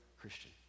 Christian